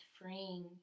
freeing